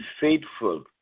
faithful